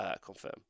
Confirm